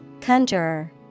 Conjurer